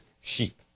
sheep